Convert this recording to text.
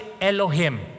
Elohim